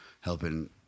helping